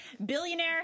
Billionaire